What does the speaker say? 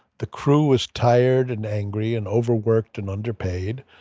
the crew was tired and angry and overworked and underpaid.